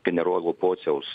generolo pociaus